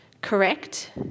correct